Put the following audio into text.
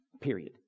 Period